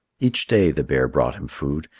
each day the bear brought him food,